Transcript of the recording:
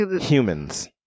Humans